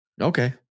Okay